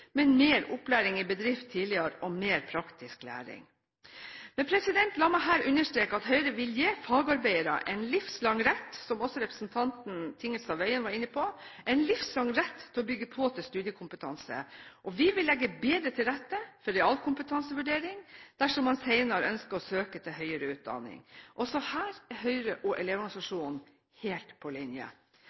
men mer opplæring i bedrift tidligere og mer praktisk læring. Men la meg her understreke at Høyre vil gi fagarbeidere en livslang rett til å bygge på til studiekompetanse, noe som også representanten Tingelstad Wøien var inne på, og vi vil legge bedre til rette for realkompetansevurdering dersom man senere ønsker å søke seg til høyere utdanning. Også her er Høyre og Elevorganisasjonen helt på linje.